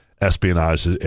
espionage